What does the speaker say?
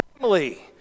family